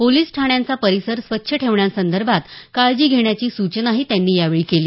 police ठाण्यांचा परिसर स्वच्छ ठेवण्यासंदर्भात काळजी घेण्याची सूचनाही त्यांनी यावेळी केली